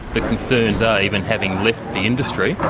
the concerns are, even having left the industry,